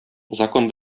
закон